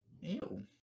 Ew